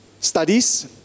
studies